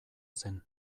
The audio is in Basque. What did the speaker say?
zen